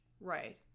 Right